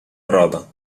roda